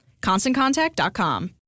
ConstantContact.com